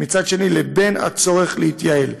ובין הצורך להתייעל,